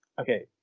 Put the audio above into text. okay